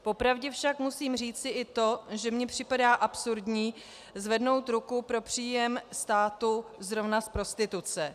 Popravdě však musím říci i to, že mně připadá absurdní zvednout ruku pro příjem státu zrovna z prostituce.